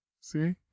See